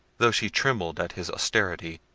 though she trembled at his austerity,